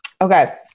okay